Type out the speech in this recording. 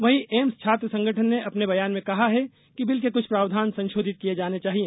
वहीं एम्स छात्र संगठन ने अपने बयान में कहा है कि बिल के कुछ प्रावधान संशोधित किए जाने चाहिए